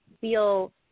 feel